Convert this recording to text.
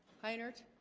hi nerd